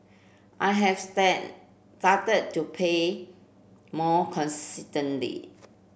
I have started to pay more